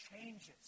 changes